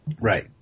Right